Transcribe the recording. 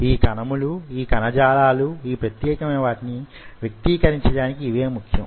ఈ కణములు యీ కణజాలాలు యీ ప్రత్యేకమైన వాటిని వ్యక్తీకరించడానికి యివే ముఖ్యం